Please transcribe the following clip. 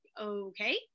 okay